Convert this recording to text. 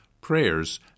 prayers